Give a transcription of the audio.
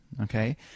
Okay